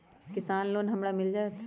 किसान लोन हमरा मिल जायत?